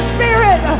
Spirit